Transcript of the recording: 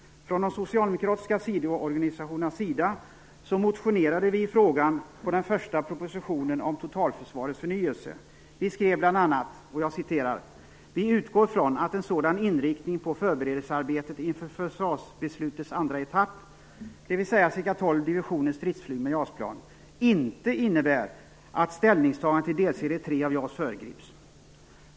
Vi i de socialdemokratiska sidoorganisationerna motionerade i frågan på den första propositionen om totalförsvarets förnyelse. Vi skrev bl.a.: "Vi utgår från, att en sådan inriktning på förberedelsearbetet inför försvarsbeslutets andra etapp inte innebär att ställningstagande till delserie tre av JAS föregrips."